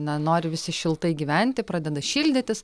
na nori visi šiltai gyventi pradeda šildytis